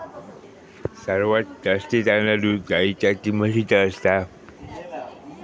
सर्वात जास्ती चांगला दूध गाईचा की म्हशीचा असता?